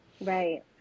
Right